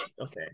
Okay